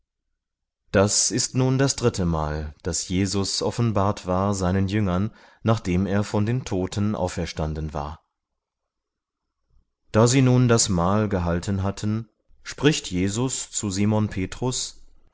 das ist nun das drittemal daß jesus offenbart war seinen jüngern nachdem er von den toten auferstanden war da sie nun das mahl gehalten hatten spricht jesus zu simon